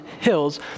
hills